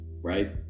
right